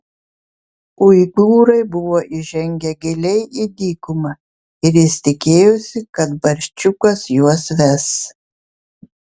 uigūrai buvo įžengę giliai į dykumą ir jis tikėjosi kad barčiukas juos ves